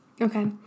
Okay